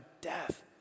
death